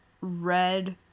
Red